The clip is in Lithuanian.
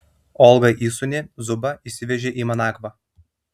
olga įsūnį zubą išsivežė į managvą